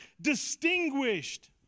distinguished